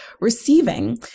receiving